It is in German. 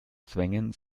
zwängen